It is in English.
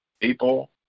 People